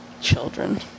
Children